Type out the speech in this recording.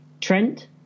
Trent